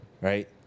right